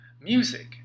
Music